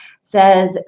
says